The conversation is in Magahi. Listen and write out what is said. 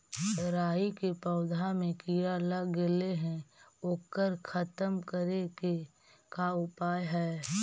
राई के पौधा में किड़ा लग गेले हे ओकर खत्म करे के का उपाय है?